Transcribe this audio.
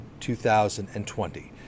2020